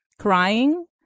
crying